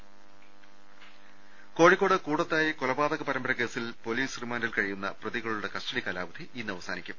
് കോഴിക്കോട് കൂടത്തായി കൊലപാതക പരമ്പര കേസിൽ പൊലീസ് റിമാന്റിൽ കഴിയുന്ന പ്രതികളുടെ കസ്റ്റഡി കാലാവധി ഇന്ന് അവ സാനിക്കും